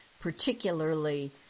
particularly